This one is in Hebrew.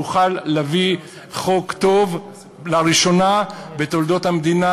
נוכל להביא חוק טוב לראשונה בתולדות המדינה.